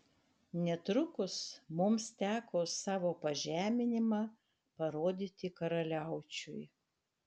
netrukus mums teko savo pažeminimą parodyti karaliaučiui